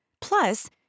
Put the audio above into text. Plus